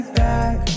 back